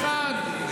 תקציב.